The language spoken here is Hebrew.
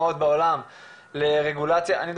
אנחנו בסופו של דבר גם זרוע של הרגולטור כדי להבטיח